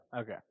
Okay